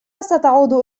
ستعود